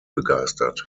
begeistert